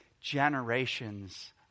generations